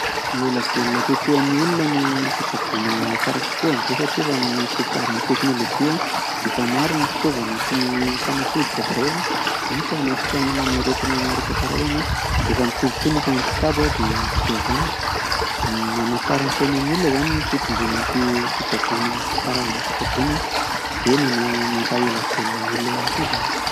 Maha-ela velona kokoa ny olona ny fitsaboana tsara kokoa amin'izao satria nohon'ny fivoaran'ny teknolojia dia efa maro ny fitaovana sy ny fanafody vaovao hita hanasitranana aretina maro isankarazany an, efa mitombo koa ny isan'ny mpitsabo dia dikan'izany an manatsara ny fiainan'ny olona izany ny fitombohan'ny fitsaboana karazana fitsaboana dia mampa- ela velona ny olona koa izany.